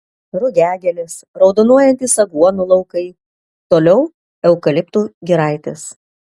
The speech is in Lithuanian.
rugiagėlės raudonuojantys aguonų laukai toliau eukaliptų giraitės